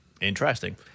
interesting